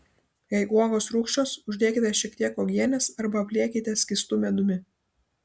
jei uogos rūgščios uždėkite šiek tiek uogienės arba apliekite skystu medumi